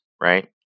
right